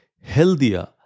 healthier